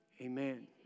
Amen